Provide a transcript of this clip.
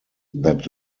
that